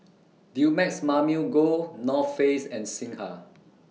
Dumex Mamil Gold North Face and Singha